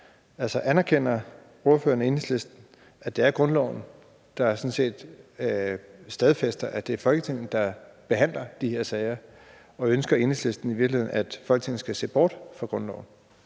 har. Anerkender Enhedslistens ordfører, at det er grundloven, der sådan set stadfæster, at det er Folketinget, der behandler de her sager? Og ønsker Enhedslisten i virkeligheden, at Folketinget skal se bort fra grundloven?